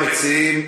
המציעים,